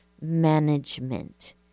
management